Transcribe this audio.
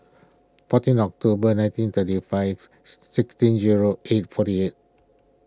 fourteen October nineteen thirty five sixteen zero eight forty eight